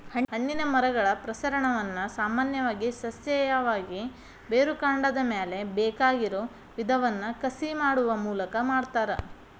ಹಣ್ಣಿನ ಮರಗಳ ಪ್ರಸರಣವನ್ನ ಸಾಮಾನ್ಯವಾಗಿ ಸಸ್ಯೇಯವಾಗಿ, ಬೇರುಕಾಂಡದ ಮ್ಯಾಲೆ ಬೇಕಾಗಿರೋ ವಿಧವನ್ನ ಕಸಿ ಮಾಡುವ ಮೂಲಕ ಮಾಡ್ತಾರ